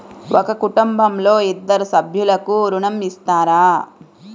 ఒక కుటుంబంలో ఇద్దరు సభ్యులకు ఋణం ఇస్తారా?